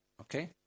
Okay